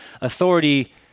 authority